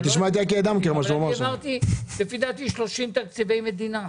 לפי דעתי העברתי 30 תקציבי מדינה.